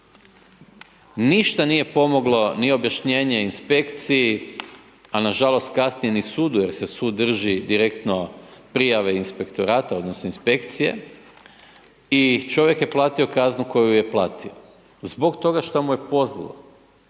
Ništa nije pomoglo ni objašnjenje inspekciji, a nažalost kasnije ni Sudu, jer se Sud drži direktno prijave Inspektorata odnosno inspekcije, i čovjek je platio kaznu koju je platio. Zbog toga šta mu je pozlilo.